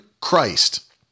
Christ